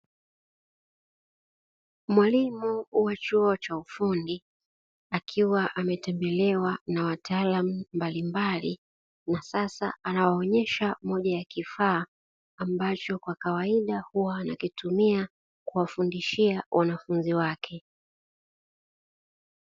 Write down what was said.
Mwalimu wa chuo cha ufundi akiwa ametembelewa na wataalamu mbalimbali, na sasa anawaonesha moja ya kifaa ambacho kwa kawaida huwa anakitumia kuwafundishia wanafunzi wake.